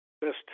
best